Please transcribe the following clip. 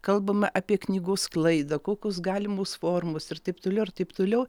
kalbame apie knygų sklaidą kokios galimos formos ir taip toliau ir taip toliau